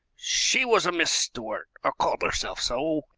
she was a miss stuart, or called herself so,